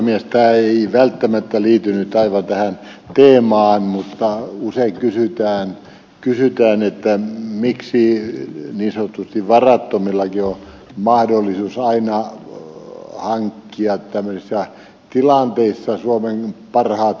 tämä ei välttämättä liity nyt aivan tähän teemaan mutta usein kysytään miksi niin sanotusti varattomillakin on mahdollisuus aina hankkia tällaisissa tilanteissa suomen parhaimmat kalleimmat tuomarit